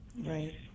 Right